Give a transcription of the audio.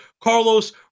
Carlos